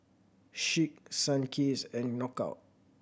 Schick Sunkist and Knockout